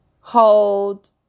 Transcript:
hold